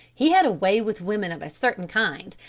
he had a way with women of a certain kind,